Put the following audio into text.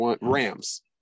Rams